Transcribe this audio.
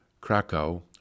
Krakow